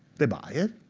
they buy it.